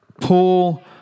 Paul